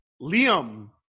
Liam